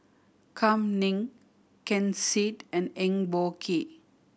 Kam Ning Ken Seet and Eng Boh Kee